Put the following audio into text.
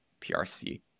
PRC